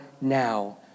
now